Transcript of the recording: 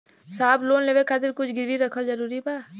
साहब लोन लेवे खातिर कुछ गिरवी रखल जरूरी बा?